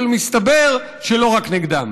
אבל מסתבר שלא רק נגדו.